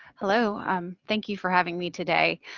hello, um thank you for having me today.